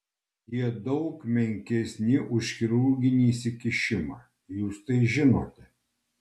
jie daug menkesni už chirurginį įsikišimą jūs tai žinote